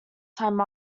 time